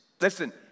listen